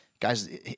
Guys